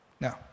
No